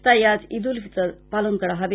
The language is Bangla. তাই আজ ঈদ উল ফিতর পালন করা হবে